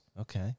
Okay